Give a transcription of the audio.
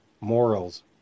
morals